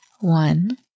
one